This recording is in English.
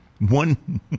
One